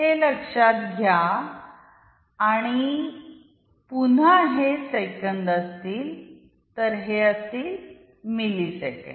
हे लक्षात घ्या आणि पुन्हा हे सेकंद असतील तर हे असतील मिली सेकंड